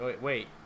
wait